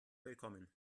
willkommen